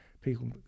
people